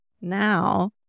Now